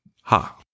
Ha